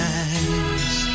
eyes